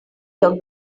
your